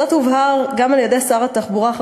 הדבר הובהר גם על-ידי שר התחבורה עצמו,